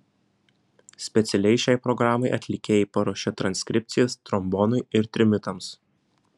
specialiai šiai programai atlikėjai paruošė transkripcijas trombonui ir trimitams